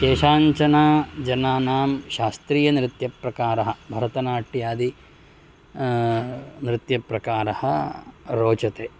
केषाञ्चन जनानां शास्त्रीयनृत्यप्रकारः भरतनाट्यादि नृत्यप्रकारः रोचते